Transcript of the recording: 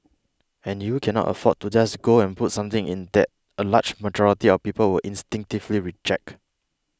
and you cannot afford to just go and put something in that a large majority of people will instinctively reject